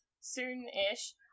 soon-ish